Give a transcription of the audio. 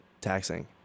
taxing